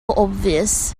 obvious